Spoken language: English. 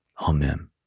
Amen